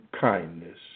kindness